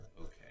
Okay